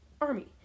Army